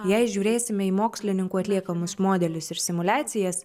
jei žiūrėsime į mokslininkų atliekamus modelius ir simuliacijas